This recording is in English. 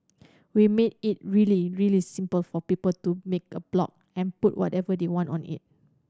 we made it really really simple for people to make a blog and put whatever they want on it